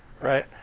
right